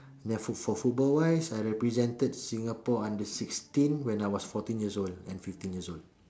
and then for football wise I represented Singapore under sixteen when I was fourteen years old and fifteen years old